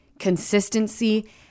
consistency